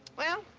well,